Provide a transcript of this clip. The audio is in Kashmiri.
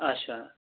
اچھا